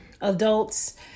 adults